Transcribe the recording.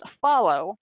follow